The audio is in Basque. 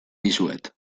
dizuet